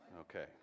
Okay